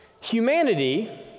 Humanity